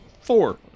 Four